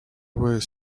were